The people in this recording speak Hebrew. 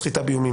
סחיטה באיומים,